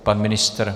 Pan ministr?